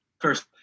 first